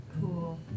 Cool